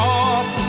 off